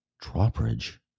drawbridge